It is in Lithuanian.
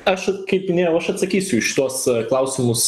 aš kaip minėjau aš atsakysiu į šituos klausimus